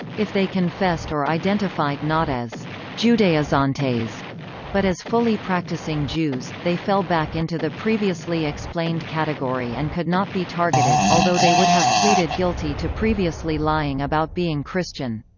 if they confessed or identified not as judeizantes but as fully practicing jews, they fell back into the previously explained category and could not be targeted, although they would have pleaded guilty to previously lying about being christian.